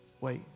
Wait